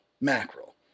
mackerel